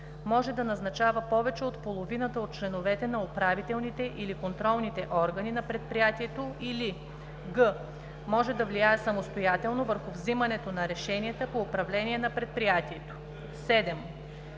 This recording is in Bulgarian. може да назначава повече от половината от членовете на управителните или контролните органи на предприятието, или г) може да влияе самостоятелно върху вземането на решенията по управление на предприятието. 7.